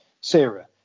Sarah